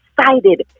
excited